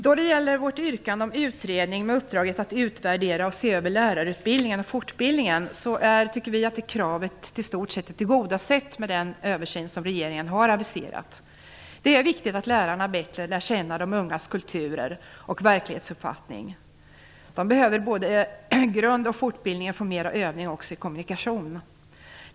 När det gäller vårt yrkande om en utredning med uppdraget att utvärdera och se över lärarutbildningen och fortbildningen tycker vi att kravet i stort sett är tillgodosett i och med den översyn som regeringen har aviserat. Det är viktigt att lärarna bättre lär känna de ungas kulturer och verklighetsuppfattningar. De behöver både grund och fortbildning och ytterligare övning i kommunikation.